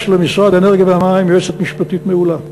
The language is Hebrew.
יש למשרד האנרגיה והמים יועצת משפטית מעולה,